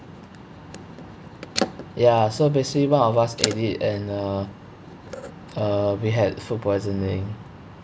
ya so basically one of us ate it and uh uh we had food poisoning